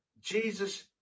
Jesus